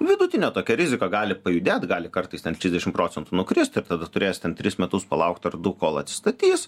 vidutinė tokia rizika gali pajudėt gali kartais ten trisdešimt procentų nukrist ir tada turėsi ten tris metus palaukt ar kol atsistatys